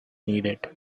needed